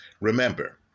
Remember